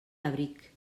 abric